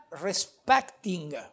respecting